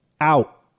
out